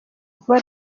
vuba